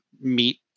meet